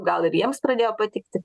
gal ir jiems pradėjo patikti